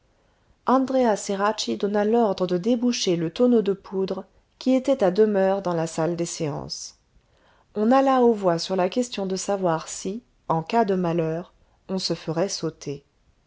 andréa ceracchi donna l'ordre de déboucher le tonneau de poudre qui était à demeure dans la salle des séances on alla aux voix sur la question de savoir si en cas de malheur on se ferait sauter